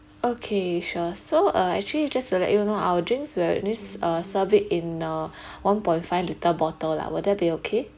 okay sure so uh actually just to let you know our drinks we are only uh serve it in uh one point five litre bottle lah will that be okay